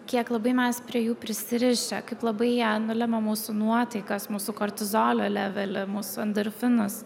kiek labai mes prie jų prisirišę kaip labai jie nulemia mūsų nuotaikas mūsų kortizolio levelį mūsų endorfinus